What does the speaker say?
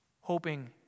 hoping